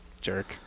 Jerk